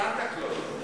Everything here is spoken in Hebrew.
סנטה קלאוס.